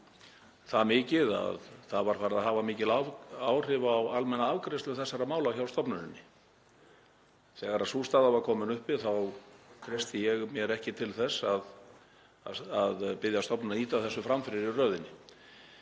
það var farið að hafa mikil áhrif á almenna afgreiðslu þessara mála hjá stofnuninni. Þegar sú staða var komin upp þá treysti ég mér ekki til að biðja stofnunina að ýta þessu fram fyrir í röðinni.